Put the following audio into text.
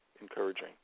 encouraging